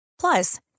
Plus